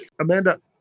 Amanda